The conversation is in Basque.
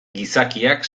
gizakiak